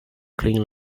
clean